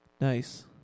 Nice